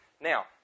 Now